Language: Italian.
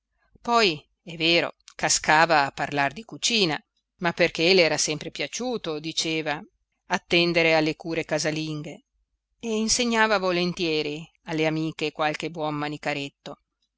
poi è vero cascava a parlar di cucina ma perché le era sempre piaciuto diceva attendere alle cure casalinghe e insegnava volentieri alle amiche qualche buon manicaretto